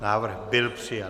Návrh byl přijat.